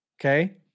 Okay